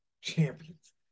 champions